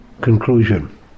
Conclusion